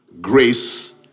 grace